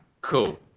cool